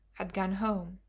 had gone home.